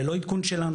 ללא עדכון שלנו,